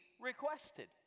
requested